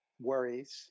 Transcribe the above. worries